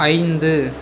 ஐந்து